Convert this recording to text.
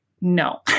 no